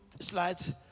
slides